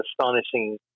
astonishing